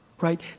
right